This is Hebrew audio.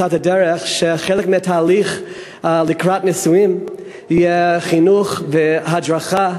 נמצא את הדרך לכך שחלק מהתהליך לקראת נישואים יהיה חינוך והדרכה,